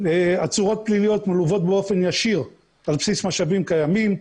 עצורות פליליות מלוות באופן ישיר על בסיס משאבים קיימים.